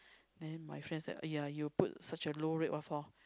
then my friend is like !aiya! you put such a low rate what for